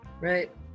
Right